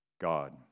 God